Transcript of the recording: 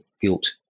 guilt